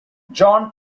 john